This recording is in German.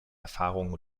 erfahrungen